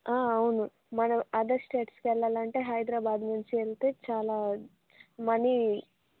అవును మనం అదర్ స్టేట్స్కి వెళ్ళాలంటే హైదరాబాద్ నుంచి వెళ్తే చాలా మనీ